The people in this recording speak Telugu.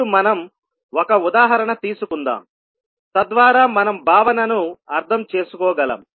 ఇప్పుడు మనం ఒక ఉదాహరణ తీసుకుందాం తద్వారా మనం భావనను అర్థం చేసుకోగలం